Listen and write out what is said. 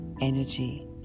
energy